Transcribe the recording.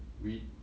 weed